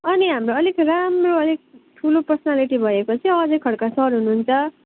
अनि हाम्रो अलिक राम्रो अलिक ठुलो पर्सान्यालिटी भएको चाहिँ अजय खड्का सर हुनुहुन्छ